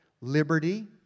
liberty